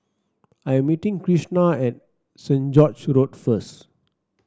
I am meeting Kristina at Saint George's Road first